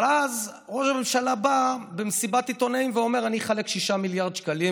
אבל אז ראש הממשלה בא למסיבת עיתונאים ואומר: אני אחלק 6 מיליארד שקלים